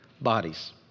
bodies